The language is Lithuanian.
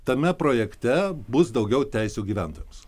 tame projekte bus daugiau teisių gyventojams